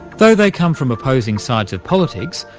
though they come from opposing sides of politics,